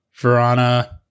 Verana